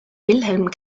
wilhelm